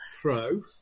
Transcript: Pro